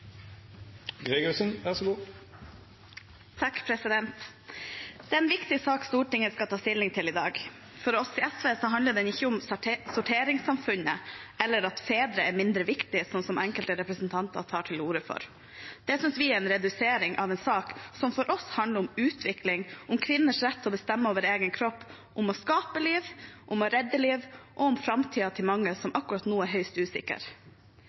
Det er en viktig sak Stortinget skal ta stilling til i dag. For oss i SV handler den ikke om sorteringssamfunnet eller om at fedre er mindre viktig, sånn som enkelte representanter tar til orde for. Det synes vi er en reduksjon av en sak som for oss handler om utvikling, om kvinners rett til å bestemme over egen kropp, om å skape liv, om å redde liv og om framtiden til mange – som akkurat nå er høyst usikker.